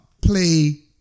play